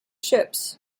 ships